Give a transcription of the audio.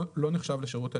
לא נחשב לשירות טלפוניה.